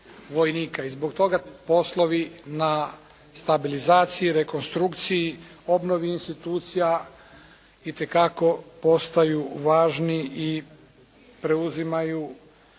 i zbog toga poslovi na stabilizaciji, rekonstrukciji, obnovi institucija itekako postaju važni i preuzimaju